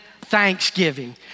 Thanksgiving